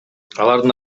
алардын